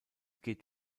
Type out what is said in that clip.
geht